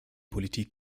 politik